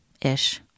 ish